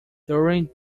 during